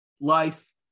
life